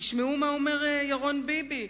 תשמעו מה אומר ירון ביבי,